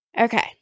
Okay